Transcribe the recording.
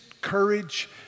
courage